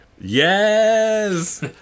Yes